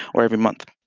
or every month.